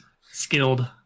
skilled